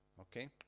Okay